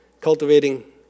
cultivating